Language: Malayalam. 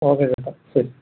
ഓക്കേ ചേട്ടാ ശരി